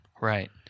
Right